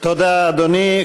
תודה, אדוני.